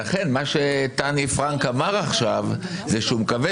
מה שתני פרנק אמר עכשיו זה שהוא מקווה